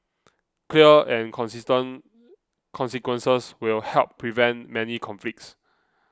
clear and consistent consequences will help prevent many conflicts